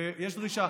ויש דרישה.